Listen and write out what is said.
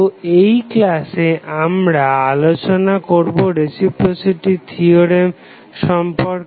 তো এই ক্লাসে আমরা আলোচনা করবো রেসিপ্রোসিটি থিওরেম সম্পর্কে